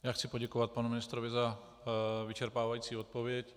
Já chci poděkovat panu ministrovi za vyčerpávající odpověď.